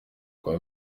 kwa